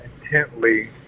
intently